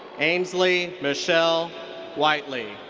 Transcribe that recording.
ansley michelle whitley.